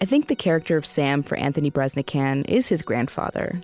i think the character of sam, for anthony breznican, is his grandfather.